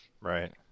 Right